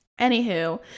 anywho